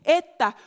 että